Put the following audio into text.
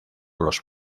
los